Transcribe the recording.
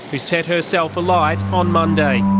who set herself alight on monday.